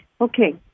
Okay